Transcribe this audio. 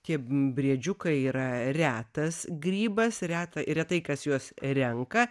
tie briedžiukai yra retas grybas reta retai kas juos renka